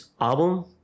album